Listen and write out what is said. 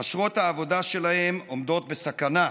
אשרות העבודה שלהם עומדות בסכנה.